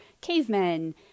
cavemen